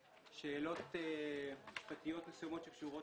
שאלות משפטיות מסוימות שקשורות